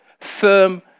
firm